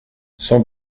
son